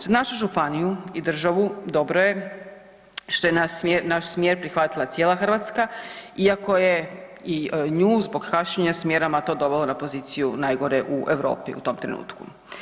Za našu županiju i državu dobro je što je naš smjer prihvatila cijela Hrvatska iako je i nju zbog kašnjenja s mjerama to dovelo na poziciju najgore u Europi u tom trenutku.